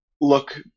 look